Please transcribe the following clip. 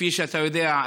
כפי שאתה יודע,